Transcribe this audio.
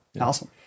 Awesome